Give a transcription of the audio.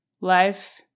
life